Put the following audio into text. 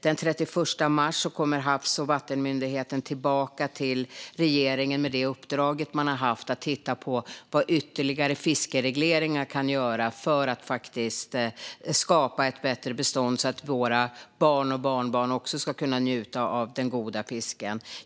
Den 31 mars kommer Havs och vattenmyndigheten tillbaka till regeringen med redovisning av det uppdrag man haft att titta på vad ytterligare fiskeregleringar kan göra för att skapa ett bättre bestånd, så att våra barn och barnbarn också ska kunna njuta av den goda fisken.